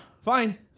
fine